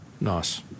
Nice